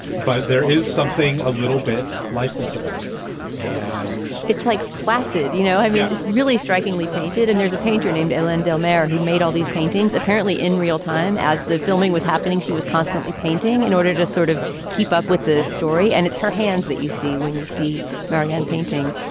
but there is something a little bit lifeless about it and it's like placid, you know, i mean, it's really strikingly painted. and there's a painter named ellendale mayor who made all these paintings apparently in real time as the filming was happening. she was constantly painting in order to sort of keep up with the story. and it's her hands that you see when you see marianne painting.